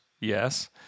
Yes